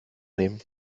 nehmen